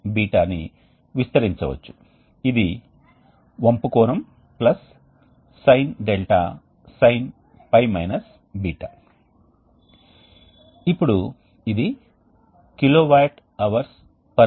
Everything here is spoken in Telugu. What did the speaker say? కాబట్టి హాట్ గ్యాస్ మరియు రైసర్ ట్యూబ్ల మధ్య సంప్రదింపు సమయాన్ని చేయడానికి మేము బెండ్ ట్యూబ్ని కలిగి ఉన్నాము మరియు రైసర్ ట్యూబ్లు అనేకం ఉన్నాయని మీరు చూడవచ్చు అయితే మొత్తం ద్రవ్యరాశి ప్రవాహం రేటు ఒకే విధంగా ఉన్నప్పటికీ ఒక డౌన్ వస్తువు మాత్రమే ఉంది